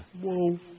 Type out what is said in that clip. Whoa